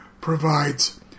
provides